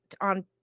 on